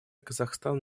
казахстан